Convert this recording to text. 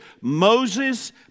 Moses